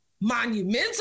monumental